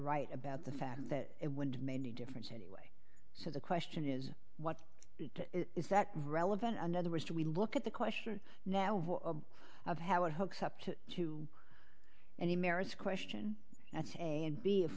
right about the fact that it would have made a difference anyway so the question is what is that relevant another is do we look at the question now of how it hooks up to two and the merits question that's a and b if